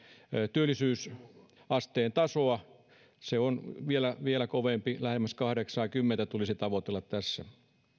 työllisyysasteen tasoa se on vielä vielä kovempi lähemmäs kahdeksaakymmentä tulisi tavoitella tässä